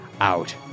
out